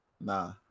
Nah